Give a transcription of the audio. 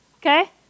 Okay